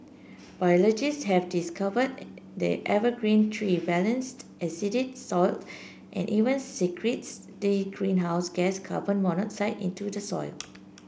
biologists have discovered the evergreen tree balanced acidic soiled and even secretes the greenhouse gas carbon monoxide into the soil